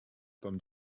pommes